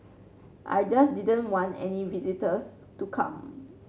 I just didn't want any visitors to come